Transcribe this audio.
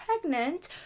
pregnant